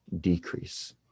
decrease